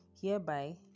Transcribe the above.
Hereby